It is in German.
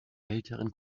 älteren